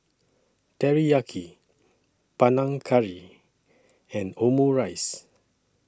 Teriyaki Panang Curry and Omurice